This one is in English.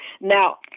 Now